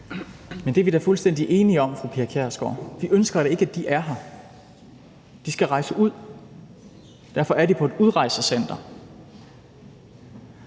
(S): Det er vi da fuldstændig enige om, fru Pia Kjærsgaard. Vi ønsker da ikke, at de er her. De skal rejse ud, og derfor er de på et udrejsecenter.